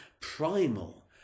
primal